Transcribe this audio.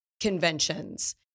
conventions